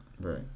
Right